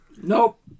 nope